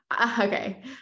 Okay